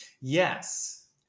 Yes